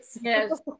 yes